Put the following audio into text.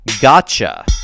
Gotcha